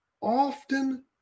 often